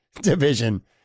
division